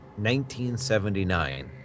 1979